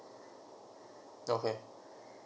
okay